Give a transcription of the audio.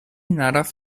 naraz